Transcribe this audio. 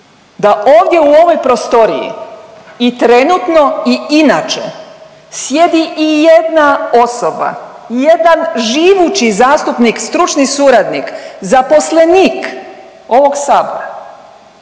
da ovdje u ovoj prostoriji i trenutno i inače sjedi i jedna osoba, jedan živući zastupnik, stručni suradnik, zaposlenik ovog Sabora